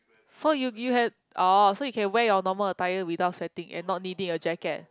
so you you have orh so you can wear your normal attire without sweating and not needing a jacket